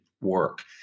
work